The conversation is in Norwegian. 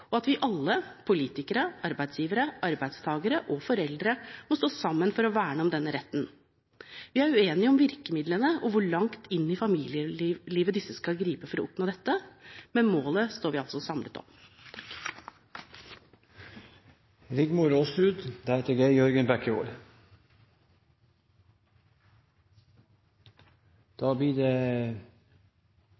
og at vi alle, politikere, arbeidsgivere, arbeidstakere og foreldre, må stå sammen for å verne om denne retten. Vi er uenige om virkemidlene og hvor langt inn i familielivet disse skal gripe for å oppnå dette, men målet står vi altså samlet